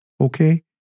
okay